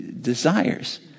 desires